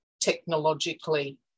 technologically